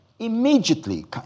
immediately